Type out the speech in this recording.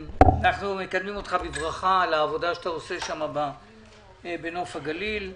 אנחנו מקדמים אותך בברכה על העבודה שאתה עושה שם בנוף הגליל.